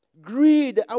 Greed